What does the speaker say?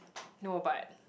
no but